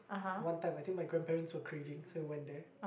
one time I think my grandparents were craving so we went there